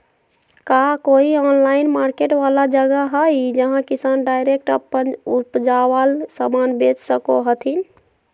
का कोई online market वाला जगह हइ जहां किसान डायरेक्ट अप्पन उपजावल समान बेच सको हथीन?